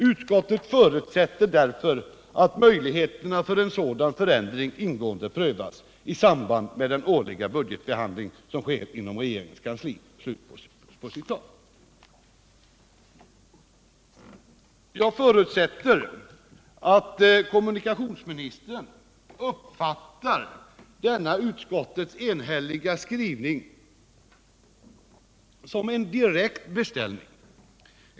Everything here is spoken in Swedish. Utskottet förutsätter därför att möjligheterna för en sådan förändring — eventuellt etappvis — ingående prövas i samband med den årliga budgetbehandling som sker inom regeringens kansli.” Jag förutsätter att kommunikationsministern uppfattar denna utskottets enhälliga skrivning som en direkt beställning.